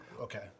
Okay